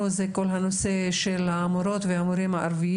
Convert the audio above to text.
משום שהמאגרים לתרומות הולכים